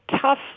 tough